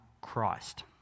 Christ